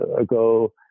ago